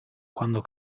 quando